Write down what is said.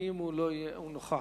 הוא נוכח.